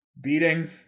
beating